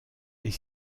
est